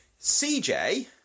CJ